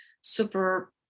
super